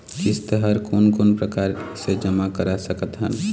किस्त हर कोन कोन प्रकार से जमा करा सकत हन?